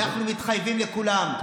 אנחנו מתחייבים לכולם,